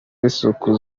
z’isuku